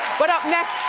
but up next,